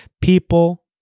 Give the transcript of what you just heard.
people